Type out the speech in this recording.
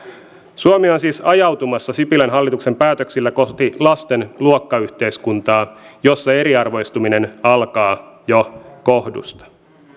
suomi on siis ajautumassa sipilän hallituksen päätöksillä kohti lasten luokkayhteiskuntaa jossa eriarvoistuminen alkaa jo kohdusta